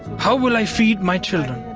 how will i feet my children.